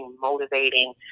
motivating